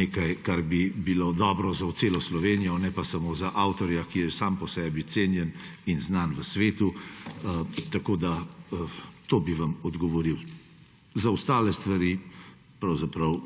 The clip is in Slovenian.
nekaj, kar bi bilo dobro za celo Slovenijo, ne pa samo za avtorja, ki je sam po sebi cenjen in znan v svetu. Tako da bi vam to odgovoril. Za ostale stvari pravzaprav